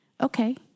okay